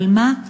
אבל מה,